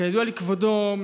כידוע לכבודו,